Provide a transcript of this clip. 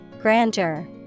grandeur